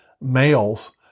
males